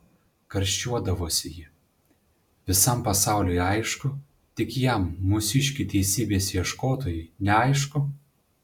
karščiuodavosi ji visam pasauliui aišku tik jam mūsiškiui teisybės ieškotojui neaišku